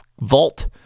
vault